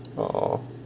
oh